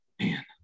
Man